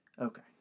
Okay